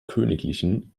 königlichen